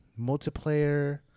Multiplayer